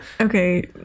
okay